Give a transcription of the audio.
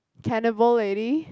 cannibal lady